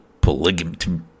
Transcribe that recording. polygamy